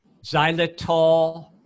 xylitol